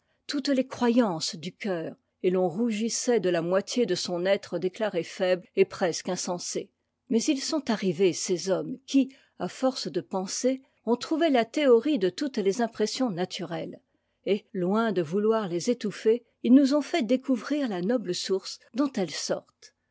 toutes les croyances du coeur et l'on rougissait de la moitié de son être déclarée faible et presque insensée mais ils sont arrivés ces hommes qui à force de penser ont trouvé la théorie de toutes les impressions naturelles et loin de vouloir les étouffer ils nous ont fait découvrir la noble source dont elles sortent